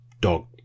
dog